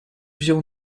wziął